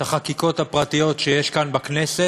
את החקיקות הפרטיות שיש כאן בכנסת,